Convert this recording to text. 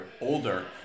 older